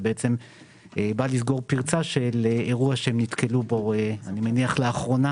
שבעצם בא לסגרו פרצה של אירוע שנתקלו בו אני מניח לאחרונה,